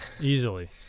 Easily